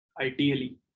ideally